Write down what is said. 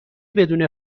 بدون